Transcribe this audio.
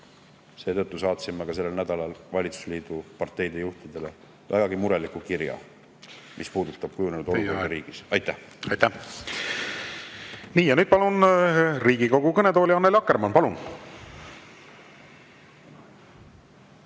Seetõttu saatsime sellel nädalal valitsusliidu parteide juhtidele vägagi mureliku kirja, mis puudutab riigis kujunenud olukorda. Aitäh! Teie aeg! Nii. Ja nüüd palun Riigikogu kõnetooli Annely Akkermanni. Palun!